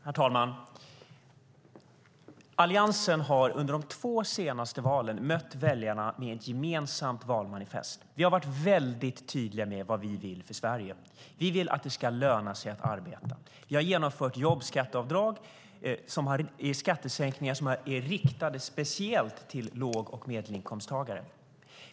Herr talman! Alliansen har under de två senaste valen mött väljarna med ett gemensamt valmanifest. Vi har varit väldigt tydliga med vad vi vill för Sverige. Vi vill att det ska löna sig att arbeta. Vi har genomfört jobbskatteavdrag, som är skattesänkningar som är riktade speciellt till låg och medelinkomsttagare.